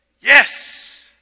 Yes